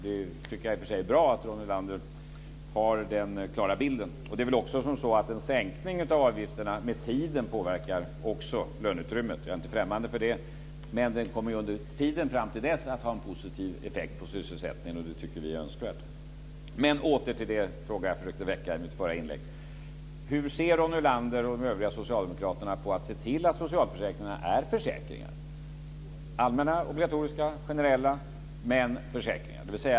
Jag tycker i och för sig att det är bra att Ronny Olander har en klar bild av det. Det är också så att en sänkning av avgifterna med tiden påverkar löneutrymmet. Jag är inte främmande för det, men sänkningen kommer under tiden fram till dess att ha en positiv effekt på sysselsättningen, och det tycker vi är önskvärt. Åter till den fråga jag försökte väcka i mitt förra inlägg. Hur ser Ronny Olander och de övriga socialdemokraterna på att vi ser till att socialförsäkringarna blir allmänna, obligatoriska och generella försäkringar?